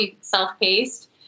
self-paced